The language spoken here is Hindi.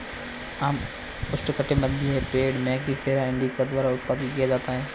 आम उष्णकटिबंधीय पेड़ मैंगिफेरा इंडिका द्वारा उत्पादित किया जाता है